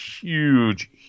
huge